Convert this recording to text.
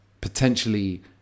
potentially